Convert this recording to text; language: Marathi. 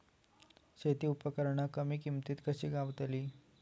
शेती उपकरणा कमी किमतीत कशी गावतली?